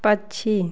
पक्षी